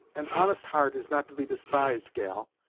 an honest heart is not to be despised, gal,